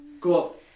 Cool